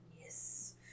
Yes